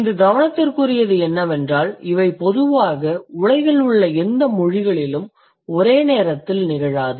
இங்கு கவனத்திற்குரியது என்னவென்றால் இவை பொதுவாக உலகில் உள்ள எந்த மொழிகளிலும் ஒரே நேரத்தில் நிகழாது